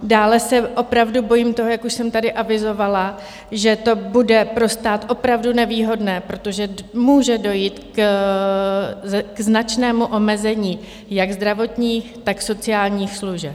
Dále se opravdu bojím toho, jak už jsem tady avizovala, že to bude pro stát opravdu nevýhodné, protože může dojít ke značnému omezení jak zdravotních, tak sociálních služeb.